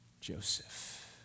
Joseph